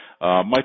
Mike